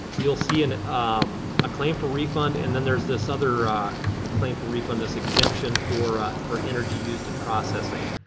you'll see and and um a claim for refund and then there's this other claim for refund, this exemption for for energy used in processing.